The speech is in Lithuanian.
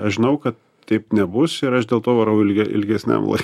aš žinau kad taip nebus ir aš dėl to varau ilge ilgesniam laikui